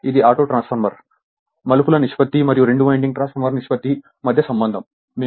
ఇది auto transformer మలుపుల నిష్పత్తి మరియు రెండు వైండింగ్ ట్రాన్స్ఫార్మర్ నిష్పత్తి మధ్య సంబంధం